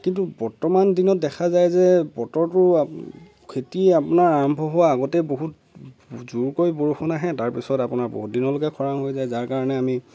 কিন্তু বৰ্তমান দিনত দেখা যায় যে বতৰটো খেতি আপোনাৰ আৰম্ভ হোৱাৰ আগতেই বহুত জোৰকৈ বৰষুণ আহে তাৰ পিছত আপোনাৰ বহুত দিনলৈকে খৰাং হৈ যায় যাৰ কাৰণে আমি